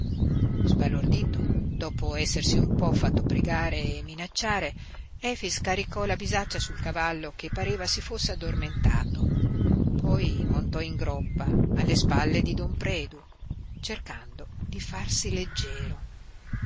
sbalordito dopo essersi un po fatto pregare e minacciare efix caricò la bisaccia sul cavallo che pareva si fosse addormentato poi montò in groppa alle spalle di don predu cercando di farsi leggero